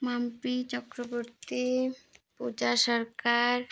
ଆମ୍ପି ଚକ୍ରବର୍ତ୍ତୀ ପୂଜା ସରକାର